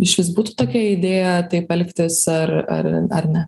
išvis būtų tokia idėja taip elgtis ar ar ar ne